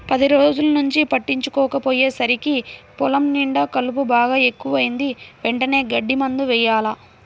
పది రోజుల్నుంచి పట్టించుకోకపొయ్యేసరికి పొలం నిండా కలుపు బాగా ఎక్కువైంది, వెంటనే గడ్డి మందు యెయ్యాల